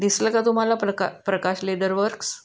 दिसलं का तुम्हाला प्रका प्रकाश लेदर वर्क्स